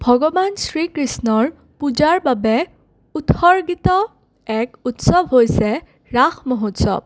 ভগৱান শ্ৰীকৃষ্ণৰ পূজাৰ বাবে উৎসৰ্গিত এক উৎসৱ হৈছে ৰাস মহোৎসৱ